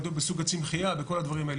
בסוג הצמחייה וכל הדברים האלה.